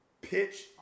pitch